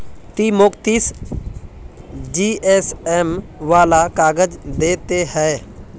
ती मौक तीस जीएसएम वाला काग़ज़ दे ते हैय्